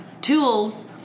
tools